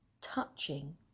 touching